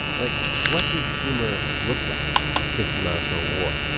like, what does humor look like fifty miles from a war?